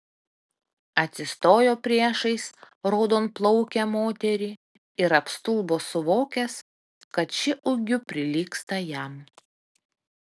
atsistojo priešais raudonplaukę moterį ir apstulbo suvokęs kad ši ūgiu prilygsta jam